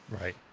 Right